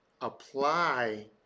apply